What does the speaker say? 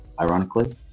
ironically